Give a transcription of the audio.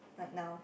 right now